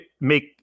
make